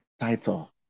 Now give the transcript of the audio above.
title